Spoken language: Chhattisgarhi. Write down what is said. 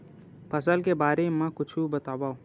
फसल के बारे मा कुछु बतावव